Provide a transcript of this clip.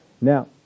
Now